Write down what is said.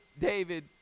David